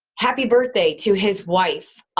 happy birthday to his wife.